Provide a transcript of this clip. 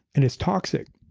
and it's toxic,